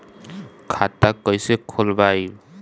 खाता कईसे खोलबाइ?